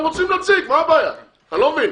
הם רוצים נציג, מה הבעיה, אני לא מבין.